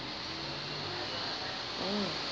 oh